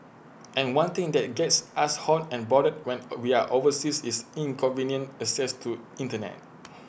and one thing that gets us hot and bothered when A we're overseas is inconvenient access to Internet